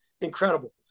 incredible